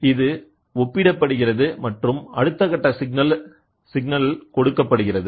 இது ஒப்பிடப்படுகிறது மற்றும் அடுத்த கட்ட சிக்னல் கொடுக்கப்படுகிறது